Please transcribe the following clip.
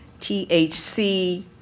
THC